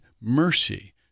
mercy